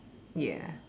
ya